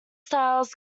styles